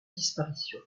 disparition